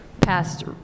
passed